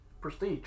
Prestige